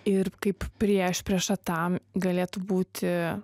ir kaip priešprieša tam galėtų būti